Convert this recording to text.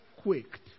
quaked